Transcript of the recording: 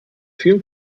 vielen